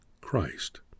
Christ